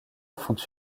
font